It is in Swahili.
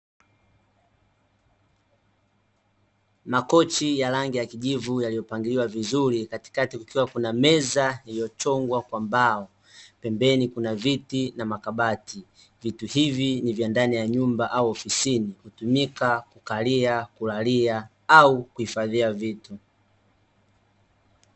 Makochi ya rangi ya kijivu yaliyopangiliwa vizuri katikati kukiwa kuna meza iliyochongwa kwa mbao. Pembeni kuna viti na makabati, vitu hivi ni vya ndani ya nyumba au ofisini hutumika kukalia, kulalia au kuhifadhia vitu.